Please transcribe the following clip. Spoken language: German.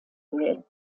grill